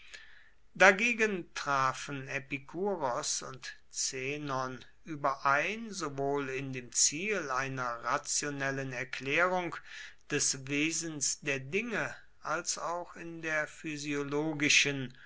dagegen trafen epikuros und zenon überein sowohl in dem ziel einer rationellen erklärung des wesens der dinge als auch in der physiologischen